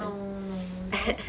no no no no